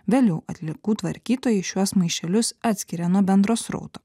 vėliau atliekų tvarkytojai šiuos maišelius atskiria nuo bendro srauto